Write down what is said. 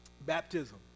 baptism